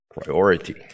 Priority